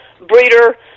breeder